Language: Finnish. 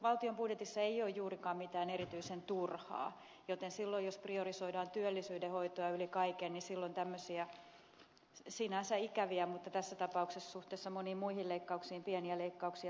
valtion budjetissa ei ole juurikaan mitään erityisen turhaa joten silloin jos priorisoidaan työllisyyden hoitoa yli kaiken niin tämmöisiä sinänsä ikäviä mutta tässä tapauksessa suhteessa moniin muihin leikkauksiin pieniä leikkauksia päädyttiin tekemään